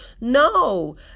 No